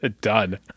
Done